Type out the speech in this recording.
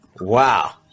Wow